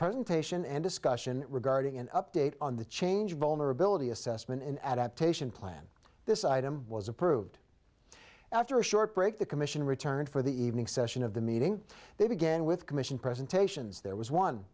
presentation and discussion regarding an update on the change vulnerability assessment an adaptation plan this item was approved after a short break the commission returned for the evening session of the meeting they began with commission presentations there was one